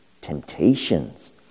temptations